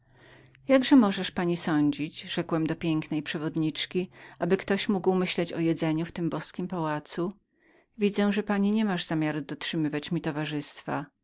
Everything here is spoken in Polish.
samego jakże możesz pani sądzić rzekłem do pięknej przewodniczki aby ktoś mógł myśleć o jedzeniu w tym boskim pałacu widzę że pani nie masz zamiaru dotrzymywać mi towarzystwa